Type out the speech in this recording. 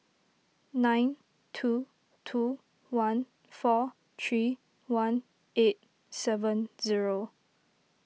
nine two two one four three one eight seven zero